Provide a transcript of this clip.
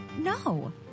No